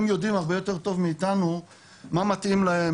הם יודעים הרבה יותר טוב מאיתנו מה מתאים להם,